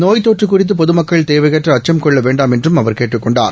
நோய் தொற்று குறித்து பொதுமக்கள் தேவையற்ற அச்சும் கொள்ள வேண்டாம் என்றும் அவர் கேட்டுக் கொண்டார்